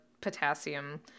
potassium